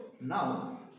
Now